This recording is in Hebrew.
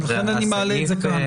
לכן אני מעלה את זה כאן.